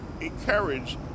encourage